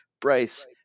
Bryce